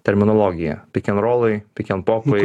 terminologiją pikenrolai pikenpopai